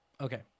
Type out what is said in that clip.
Okay